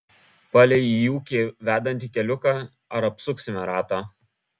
palei į ūkį vedantį keliuką ar apsuksime ratą